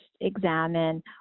examine